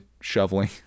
shoveling